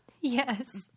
Yes